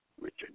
Richard